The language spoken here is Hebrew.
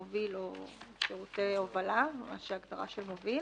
מוביל או שירותי הובלה ההגדרה של מוביל